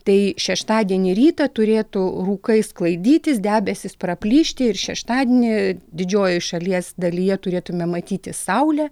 tai šeštadienį rytą turėtų rūkai sklaidytis debesys praplyšti ir šeštadienį didžiojoj šalies dalyje turėtume matyti saulę